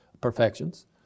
perfections